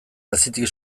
hazitik